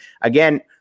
Again